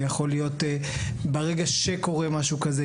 זה יכול להיות ברגע שקורה משהו כזה,